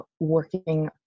working